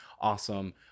awesome